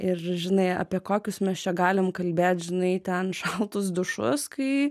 ir žinai apie kokius mes čia galim kalbėt žinai ten šaltus dušus kai